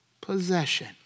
possession